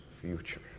future